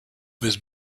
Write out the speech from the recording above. with